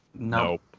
Nope